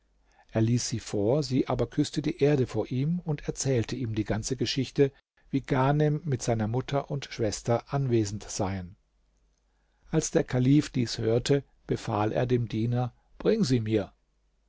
er ließ sie vor sie aber küßte die erde vor ihm und erzählte ihm die ganze geschichte wie ghanem mit seiner mutter und schwester anwesend seien als der kalif dies hörte befahl er dem diener bring sie mir